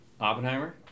Oppenheimer